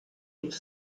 each